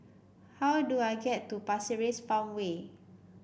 how do I get to Pasir Ris Farmway